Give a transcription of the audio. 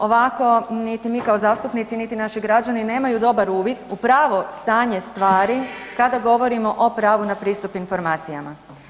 Ovako niti mi kao zastupnici, niti naši građani nemaju dobar uvid u pravo stanje stvari kada govorimo o pravu na pristup informacijama.